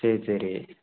சரி சரி